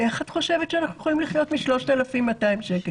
איך את חושבת שאנחנו יכולים לחיות מ-3,200 שקל?